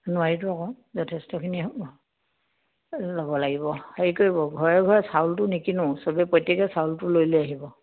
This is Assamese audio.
নোৱাৰিতো আকৌ যথেষ্টখিনি হ'ব ল'ব লাগিব হেৰি কৰিব ঘৰে ঘৰে চাউলটো নিকিনো চবে প্ৰত্যেকে চাউলটো লৈ লৈ আহিব